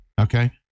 okay